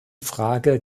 frage